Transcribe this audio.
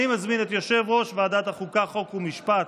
אני מזמין את יושב-ראש ועדת החוקה, חוק ומשפט